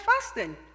fasting